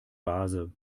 vase